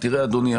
אדוני,